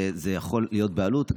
וזה יכול להיות בעלות,